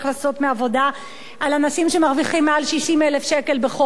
מעבודה של אנשים שמרוויחים מעל 60,000 שקלים בחודש.